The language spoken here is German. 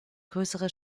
größere